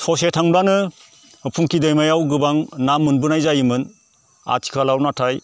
ससे थांब्लानो फुंखि दैमायाव गोबां ना मोनबोनाय जायोमोन आथिखालाव नाथाय